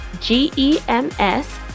G-E-M-S